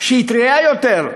שהיא טרייה יותר,